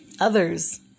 others